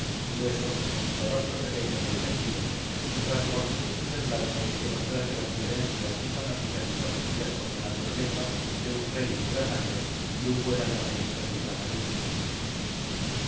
grueso de rostro pequeño y encendido y sin rasgo alguno en su semblante que mostrase las diferencias fisonómicas establecidas por la naturaleza entre un rey de pura sangre y un buen almacenista de ultramarinos